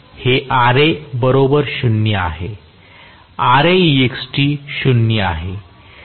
हे Ra बरोबर 0 आहे 0 आहे